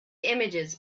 images